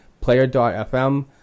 player.fm